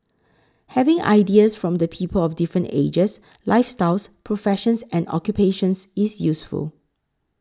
having ideas from the people of different ages lifestyles professions and occupations is useful